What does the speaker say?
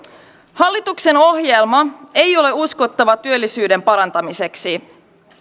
hallituksen ohjelma ei ole uskottava työllisyyden parantamiseksi